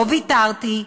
לא ויתרתי,